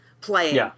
playing